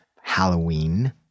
Halloween